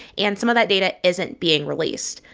and some of that data isn't being released.